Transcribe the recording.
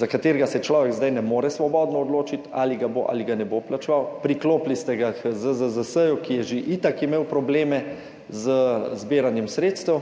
za katerega se človek zdaj ne more svobodno odločiti, ali ga bo ali ga ne bo plačeval, priklopili ste ga k ZZZS, ki je že itak imel probleme z zbiranjem sredstev,